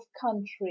country